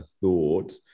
thought